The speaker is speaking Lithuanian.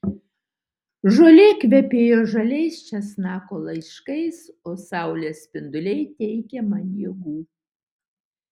žolė kvepėjo žaliais česnako laiškais o saulės spinduliai teikė man jėgų